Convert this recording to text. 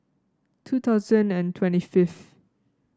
two thousand and twenty fifth